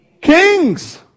Kings